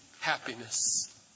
happiness